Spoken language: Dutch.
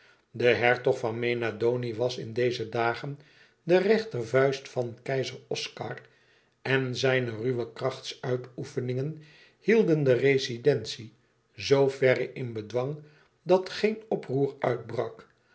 de hertog van mena doni was in deze dagen de rechtervuist van keizer oscar en zijne ruwe krachtsuitoefeningen hielden de rezidentie zooverre in bedwang dat geen oproer uitbrak